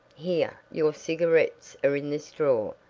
here, your cigarettes are in this drawer,